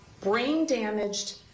brain-damaged